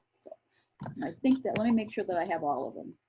so i think that, let me make sure that i have all of them.